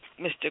Mr